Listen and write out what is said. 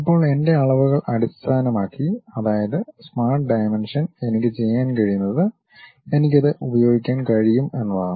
ഇപ്പോൾ എന്റെ അളവുകൾ അടിസ്ഥാനമാക്കി അതായത് സ്മാർട്ട് ഡയമെൻഷൻ എനിക്ക് ചെയ്യാൻ കഴിയുന്നത് എനിക്ക് അത് ഉപയോഗിക്കാൻ കഴിയും എന്നതാണ്